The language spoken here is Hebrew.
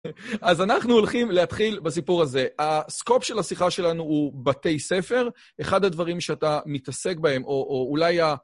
אז אנחנו הולכים להתחיל בסיפור הזה. הסקופ של השיחה שלנו הוא בתי ספר. אחד הדברים שאתה מתעסק בהם, או אולי ה...